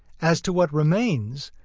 as to what remains,